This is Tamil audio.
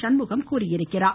சண்முகம் தெரிவித்துள்ளார்